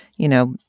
you know,